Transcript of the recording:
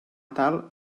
tal